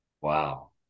Wow